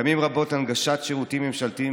פעמים רבות הנגשת שירותים ממשלתיים